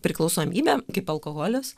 priklausomybė kaip alkoholis